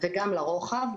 וגם לרוחב.